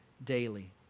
daily